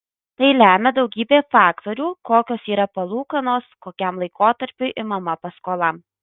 tai lemia daugybė faktorių kokios yra palūkanos kokiam laikotarpiui imama paskola